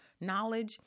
knowledge